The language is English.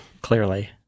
Clearly